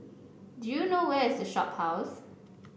do you know where is The Shophouse